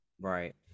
Right